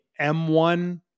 M1